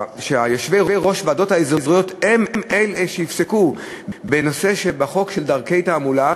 שיושבי-ראש הוועדות האזוריות הם שיפסקו בנושא חוק דרכי תעמולה.